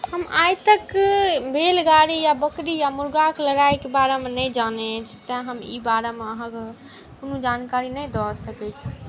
हम आइ तक बैलगाड़ी या बकरी या मुर्गाके लड़ाइके बारेमे नहि जानैत छी तैँ हम ई बारेमे अहाँकेँ कोनो जानकारी नहि दऽ सकैत छी